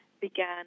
began